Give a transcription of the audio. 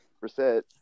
reset